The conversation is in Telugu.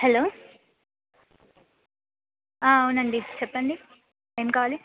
హలో అవునండి చెప్పండి ఏం కావాలి